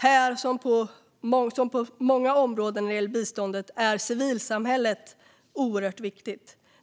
Här som på många områden när det gäller biståndet är civilsamhället och